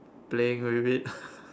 playing with it